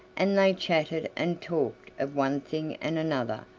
and they chatted and talked of one thing and another,